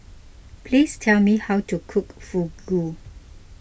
please tell me how to cook Fugu